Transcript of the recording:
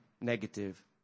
negative